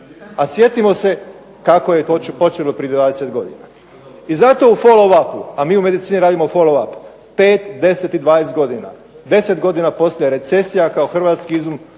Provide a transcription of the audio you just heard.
A sjetimo se kako je to počelo prije 20 godina. I zato u floapu, a mi u medicini radimo floap, 5, 10 i 12 godina. 10 godina poslije recesija kao hrvatski izum,